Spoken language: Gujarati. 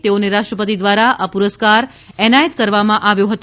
તેઓને રાષ્ટ્રપતિ દ્વારા આ પુરસ્કાર એનાયત કરવામાં આવ્યો હતો